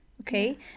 okay